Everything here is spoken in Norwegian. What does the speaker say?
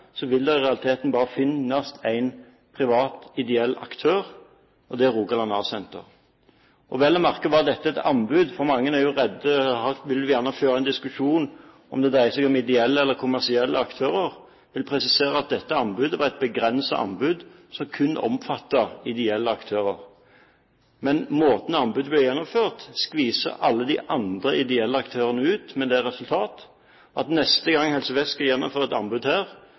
vil det i realiteten bare finnes én privat ideell aktør, og det er Rogaland A-senter. Vel å merke var dette et anbud, men mange vil jo gjerne føre en diskusjon om det dreier seg om ideelle eller kommersielle aktører. Jeg vil presisere at dette anbudet var et begrenset anbud som kun omfattet ideelle aktører, men måten anbudet ble gjennomført på, skviser alle de andre ideelle aktørene ut med det resultat at neste gang Helse Vest skal gjennomføre et anbud her,